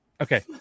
Okay